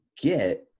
get